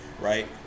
right